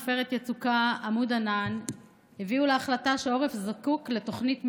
עופרת יצוקה ועמוד ענן הביאו להחלטה שהעורף זקוק לתוכנית מלונית,